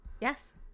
Yes